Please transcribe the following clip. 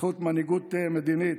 בזכות מנהיגות מדינית,